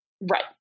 Right